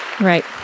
Right